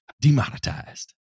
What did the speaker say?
demonetized